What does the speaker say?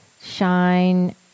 shine